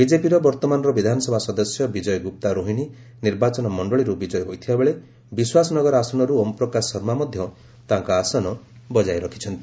ବିଜେପିର ବର୍ତ୍ତମାନର ବିଧାନସଭା ସଦସ୍ୟ ବିଜୟ ଗୁପ୍ତା ରୋହିଣୀ ନିର୍ବାଚନ ମଣ୍ଡଳୀରୁ ବିଜୟୀ ହୋଇଥିବା ବେଳେ ବିଶ୍ୱାସନଗର ଆସନରୁ ଓମ୍ପ୍ରକାଶ ଶର୍ମା ମଧ୍ୟ ତାଙ୍କ ଆସନ ବଜାୟ ରଖିଛନ୍ତି